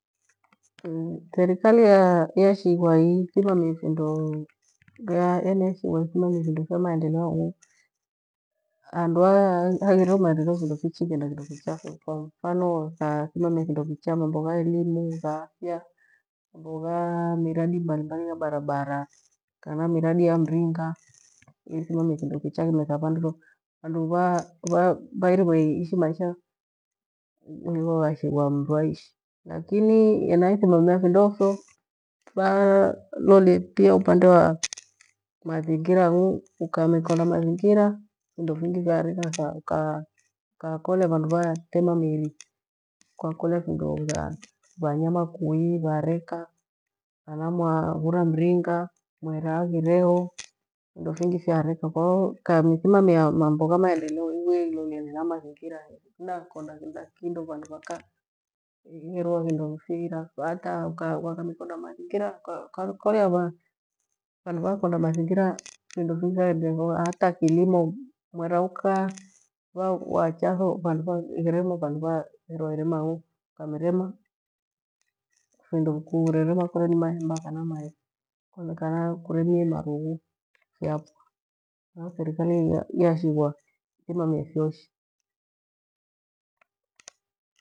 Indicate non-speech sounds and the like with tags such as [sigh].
Serikali yashighwa ithimamie ifindo gha [hesitation] yaani wasema vindo vya maendeleo, handu haghireho maendeleo vindo vichigenda, findo kicha fyo kwa mfano vasimamia kindo kicha mambo gha elimu, gha afya, mambo gha miradi mbalimbali ya barabara kana miradi mringa, ithimamie kindo kicha kimetha vandu, vandu va [hesitation] vairime iishi maisha igho ghashiwa. Mru aishi lakini hena ithimamia vindovyo valolie pia. Upande wa mathingira ang'u ukamikonda mazingira, vindo vingi vyareka tha ukakoleo vandu vatema mri kwakolea vindotha, vanyama kui vareka mwavura mringa mwera haghiregho vindo vingi vya reka. Kwahiyo ikaithimamia mambo gha amaendeleo, ivie ilolie hena mathingira makonda kila kindo vandu vakaherwa vindo vyehira, hata vakamikonda mathingira kwakolea, ukakolea vandu vukonda mathingira vindo vifyaendelea vyo hata kilimo muera ukava wachatho vandu vaghirema vahera, vandu va irema hang'u ukamimirema kindo kiremie kole ni mahemba kana kiremie marughu kiafo. Kwahiyo serikari yashighwaisimamie fyoshe.